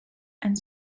and